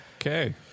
Okay